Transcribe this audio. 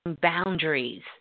boundaries